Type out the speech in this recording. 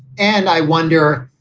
and i wonder,